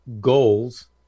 goals